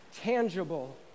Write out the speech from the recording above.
tangible